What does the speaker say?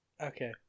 Okay